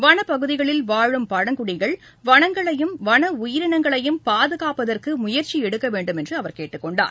வளப் பகுதிகளில் வாழும் பழங்குடிகள் வனங்களையும் வன உயிரினங்களையும் பாதுனப்பதற்கு் முயற்சி எடுக்க வேண்டும் என்று அவர் கேட்டுக் கொண்டார்